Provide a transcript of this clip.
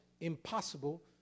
impossible